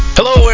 Hello